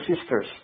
sisters